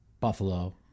Buffalo